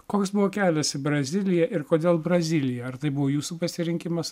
koks buvo kelias į braziliją ir kodėl brazilija ar tai buvo jūsų pasirinkimas